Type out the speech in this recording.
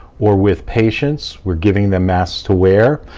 or with patients, we're giving them masks to wear.